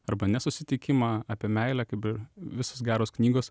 arba nesusitikimą apie meilę kaip ir visos geros knygos